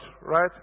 right